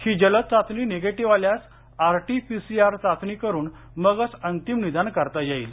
ही जलद चाचणी निगेटिव्ह आल्यास आरटी पीसीआर चाचणी करून मगच अंतिम निदान करता येईल